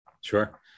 Sure